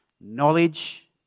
knowledge